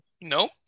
no